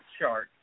chart